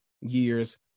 years